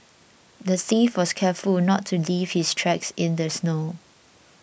the thief was careful not to leave his tracks in the snow